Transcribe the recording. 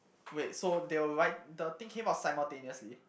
wait so they will write the thing came out simultaneously